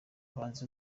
abahanzi